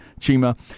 Chima